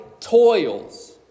toils